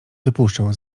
wypuszczał